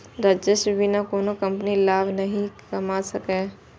राजस्वक बिना कोनो कंपनी लाभ नहि कमा सकैए